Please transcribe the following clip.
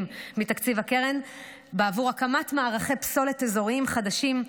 מתקציב הקרן בעבור הקמת מערכי פסולת אזוריים חדשים,